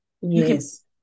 yes